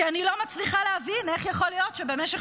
כי אני לא מצליחה להבין איך יכול להיות שבמשך